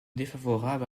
défavorable